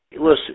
Listen